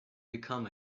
become